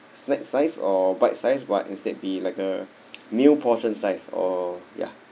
snack size or bite size but instead be like a new portion size or ya